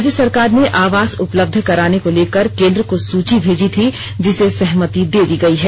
राज्य सरकार ने आवास उपलब्ध कराने को लेकर केन्द्र को सूची भेजी थी जिसे सहमति दे दी गई है